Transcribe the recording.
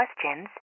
questions